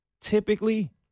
typically